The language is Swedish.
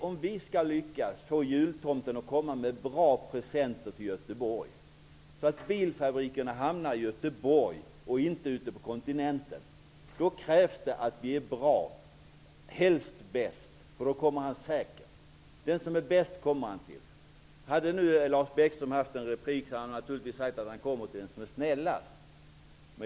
Om vi skall lyckas att få jultomten att komma med bra presenter till Göteborg så att bilfabrikerna hamnar i Göteborg och inte ute på kontinenten krävs det att vi är bra och helst bäst. Då kommer han säkert. Den som är bäst kommer han till. Om Lars Bäckström hade haft replikrätt hade han naturligtvis sagt att jultomten kommer till den som är snällast.